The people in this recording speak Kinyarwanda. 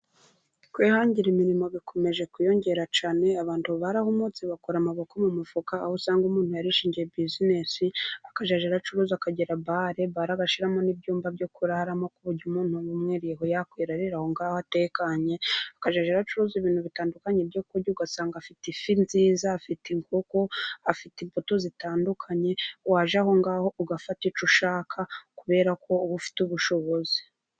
Kwihangira imirimo bikomeje kwiyongera cyane. Abantu barahumutse bakura amaboko mu mufuka aho usanga umuntu yarishingiye bizinesi akajya acuruza akagira bare babashiramo n'ibyumba byo kuraramo ku buryo umuntu umwe yakwirarira aho atekanye akajya acuruza ibintu bitandukanye byo kurya, ugasanga afite ifi nziza, afite inkokoafite, imbuto zitandukanye. Wajya aho ngaho ugafata icyo ushaka kubera ko uba ufite ubushobozi.